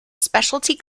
specialty